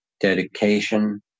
dedication